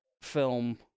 film